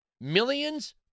Millions